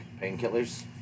painkillers